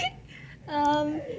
um